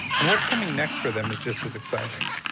and what's coming next for them is just as exciting.